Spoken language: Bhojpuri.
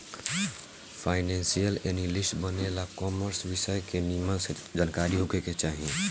फाइनेंशियल एनालिस्ट बने ला कॉमर्स विषय के निमन से जानकारी होखे के चाही